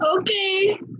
okay